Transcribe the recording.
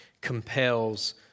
compels